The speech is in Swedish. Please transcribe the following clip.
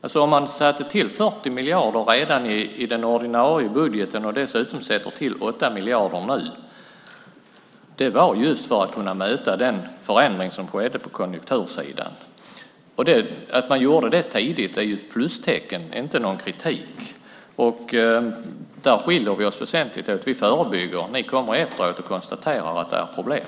Att man redan i den ordinarie budgeten lägger till 40 miljarder och nu dessutom lägger till 8 miljarder är just för att kunna möta den förändring som skett och sker på konjunktursidan. Att man gjort det tidigt är ett plus, inte något negativt. Där skiljer vi oss väsentligt åt. Vi förebygger. Ni kommer efteråt och konstaterar att det finns problem.